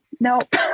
nope